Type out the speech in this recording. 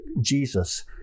Jesus